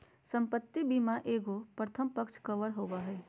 संपत्ति बीमा एगो प्रथम पक्ष कवर होबो हइ